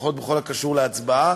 לפחות בכל הקשור להצבעה.